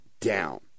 down